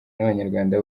n’abanyarwanda